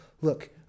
Look